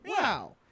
Wow